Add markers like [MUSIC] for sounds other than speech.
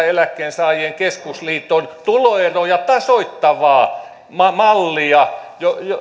[UNINTELLIGIBLE] eläkkeensaajien keskusliiton tuloeroja tasoittavaa mallia